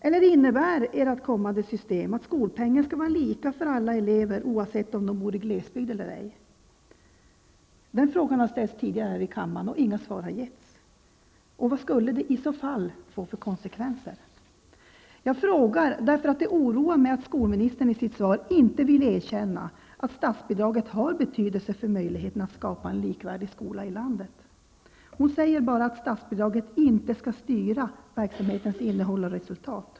Eller innebär ert kommande system att skolpengen skall vara lika för alla elever, oavsett om de bor i glesbygd eller ej? Den frågan har ställts tidigare här i kammaren, och inga svar har getts. Vad skulle det i så fall få för konsekvenser? Jag frågar därför att det oroar mig att skolministern i sitt svar inte vill erkänna att statsbidraget har betydelse för möjligheten att skapa en likvärdig skola i landet. Hon säger bara att statsbidraget inte skall styra verksamhetens innehåll och resultat.